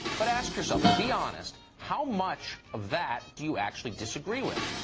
but ask yourself and be honest how much of that do you actually disagree with?